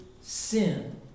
sin